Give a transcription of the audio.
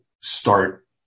start